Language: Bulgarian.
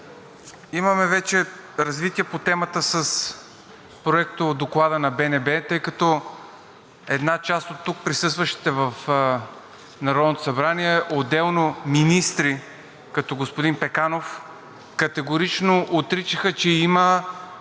имаме развитие по темата с Проектодоклада на БНБ, тъй като една част от тук присъстващите в Народното събрание, отделно министри, като господин Пеканов, категорично отричаха, че има